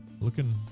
Looking